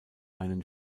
einen